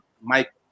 mike